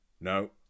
No